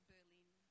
Berlin